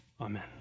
Amen